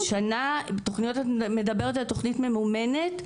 את מדברת על תוכנית ממומנת?